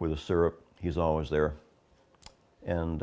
with a syrup he's always there and